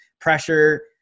pressure